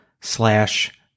slash